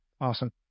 Awesome